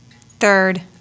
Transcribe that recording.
Third